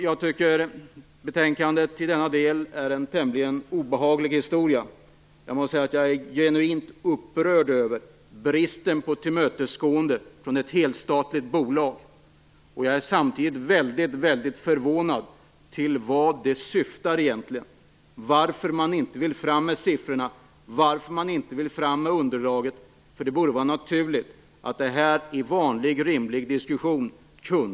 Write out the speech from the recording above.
Jag tycker att betänkandet i denna del är en tämligen obehaglig historia. Jag måste säga att jag är genuint upprörd över bristen på tillmötesgående från ett helstatligt bolag. Jag är samtidigt väldigt förvånad över vad det egentligen syftar till, varför man inte vill ta fram siffrorna och varför man inte vill ta fram underlaget. Det borde vara naturligt att lösa detta i en vanlig, rimlig diskussion.